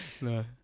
No